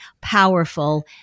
powerful